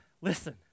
Listen